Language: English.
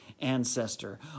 ancestor